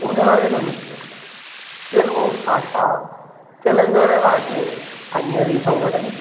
उदाहरणं तेलुगुभाषा तेलङ्गणाराज्ये अन्यविधं वदन्ति